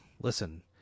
Listen